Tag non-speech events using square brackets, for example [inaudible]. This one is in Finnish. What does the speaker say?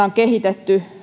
[unintelligible] on kehitetty